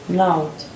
loud